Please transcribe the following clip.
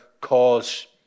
cause